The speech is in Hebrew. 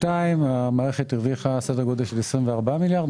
המערכת הרוויחה סדר גודל של 24 מיליארד,